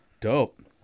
Dope